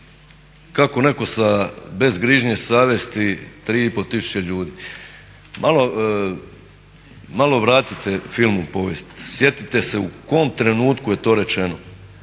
kako netko bez grižnje savjesti 3500 ljudi. Malo vratite flm u povijest, sjetite se u kom trenutku je to rečeno.